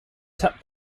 tap